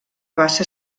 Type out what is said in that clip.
bassa